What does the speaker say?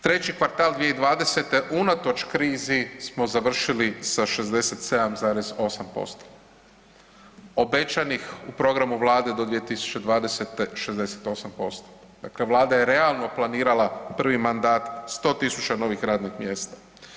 Treći kvartal 2020. unatoč krizi smo završili sa 67,8% obećanih u programu Vlade do 2020. 68%, dakle Vlada je realno planirala prvi mandat 100.000 novih radnih mjesta.